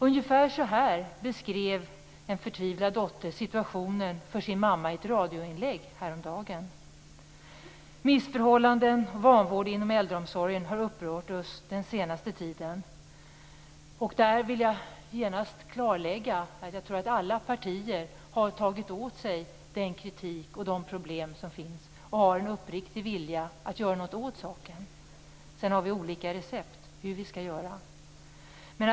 Ungefär så här beskrev en förtvivlad dotter situationen för sin mamma i ett radioinlägg häromdagen. Missförhållanden och vanvård inom äldreomsorgen har upprört oss den senaste tiden. Jag vill genast klarlägga att jag tror att alla partier har tagit åt sig den kritik och de problem som finns och har en uppriktig vilja att göra något åt saken. Sedan har vi olika recept på hur vi skall göra detta.